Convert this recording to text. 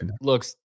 looks